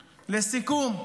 לסיכום,